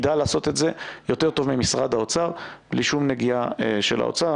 ידע לעשות את זה יותר טוב ממשרד האוצר בלי שום נגיעה של האוצר.